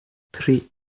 tri